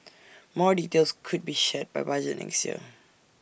more details could be shared by budget next year